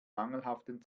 mangelhaften